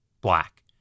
black